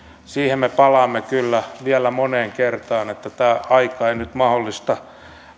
siihen me palaamme kyllä vielä moneen kertaan tämä aika ei nyt mahdollista